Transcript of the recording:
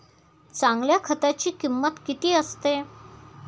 चांगल्या खताची किंमत किती असते?